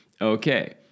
Okay